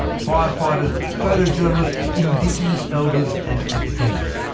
firefighters, photojournalists, indigenous elders, and academics.